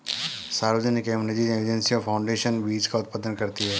सार्वजनिक एवं निजी एजेंसियां फाउंडेशन बीज का उत्पादन करती है